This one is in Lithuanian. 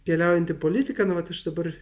keliaujantį politiką na vat aš dabar